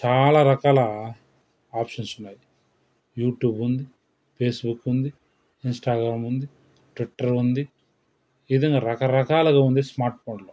చాలా రకాల ఆప్షన్స్ ఉన్నాయి యూట్యూబ్ ఉంది ఫేస్బుక్ ఉంది ఇన్స్టాగ్రామ్ ఉంది టెట్రో ఉంది ఈ విధంగా రకరకాలుగా ఉంది స్మార్ట్ ఫోన్లో